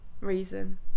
Reason